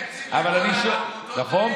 נכון,